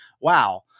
wow